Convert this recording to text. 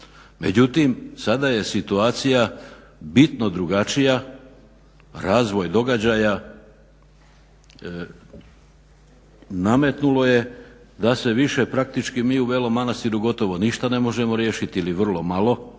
Međutim sada je situacija bitno drugačija, razvoj događaja nametnulo je da se više praktički mi u Belom Manastiru gotovo ništa ne možemo riješiti ili vrlo malo